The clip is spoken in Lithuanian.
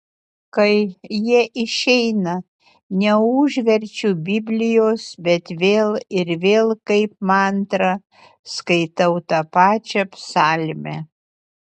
kai jie išeina neužverčiu biblijos bet vėl ir vėl kaip mantrą skaitau tą pačią psalmę